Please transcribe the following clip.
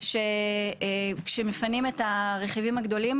שכשמפנים את הרכיבים הגדולים,